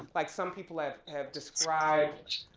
like some people have have described